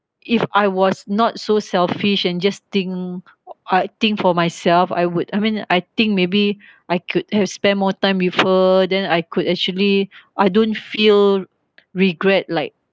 if I was not so selfish and just think I think for myself I would I mean I think maybe I could have spent more time with her then I could actually I don't feel regret like